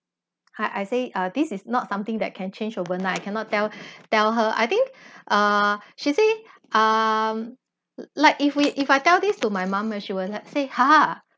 I I say ah this is not something that can change overnight cannot tell tell her I think uh she say um like if we if I tell this to my mum she will like say ha